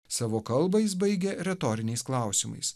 savo kalbą jis baigia retoriniais klausimais